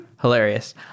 Hilarious